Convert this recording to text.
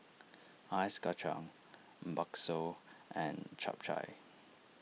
Ice Kachang Bakso and Chap Chai